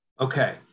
Okay